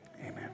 Amen